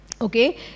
Okay